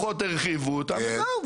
הרחיבו את המדרכות וזהו,